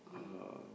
uh